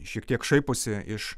šiek tiek šaiposi iš